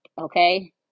Okay